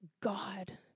God